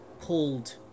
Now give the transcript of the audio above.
pulled